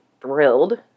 thrilled